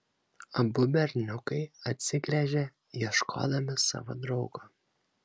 abu berniukai atsigręžė ieškodami savo draugo